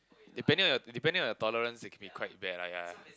depending on depending on your tolerance it can be quite bad !aiya!